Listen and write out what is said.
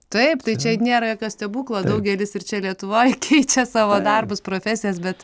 taip tai čia nėra jokio stebuklo daugelis ir čia lietuvoj keičia savo darbus profesijas bet